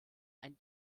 ein